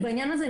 בעניין הזה,